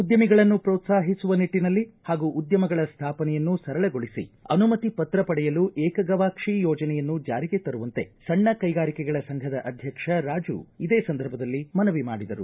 ಉದ್ಯಮಿಗಳನ್ನು ಪ್ರೋತ್ಸಾಹಿಸುವ ನಿಟ್ಟನಲ್ಲಿ ಹಾಗೂ ಉದ್ಯಮಗಳ ಸ್ಥಾಪನೆಯನ್ನು ಸರಳಗೊಳಿಸಿ ಅನುಮತಿ ಪತ್ರ ಪಡೆಯಲು ಏಕ ಗವಾಕ್ಷಿ ಯೋಜನೆಯನ್ನು ಜಾರಿಗೆ ತರುವಂತೆ ಸಣ್ಣ ಕೈಗಾರಿಕೆಗಳ ಸಂಘದ ಅಧ್ಯಕ್ಷ ರಾಜು ಇದೇ ಸಂದರ್ಭದಲ್ಲಿ ಮನವಿ ಮಾಡಿದರು